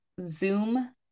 Zoom